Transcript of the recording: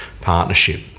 partnership